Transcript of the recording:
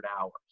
hours